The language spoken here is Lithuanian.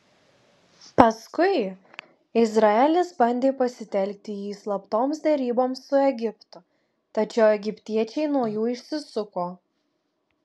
paskui izraelis bandė pasitelkti jį slaptoms deryboms su egiptu tačiau egiptiečiai nuo jų išsisuko